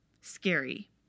scary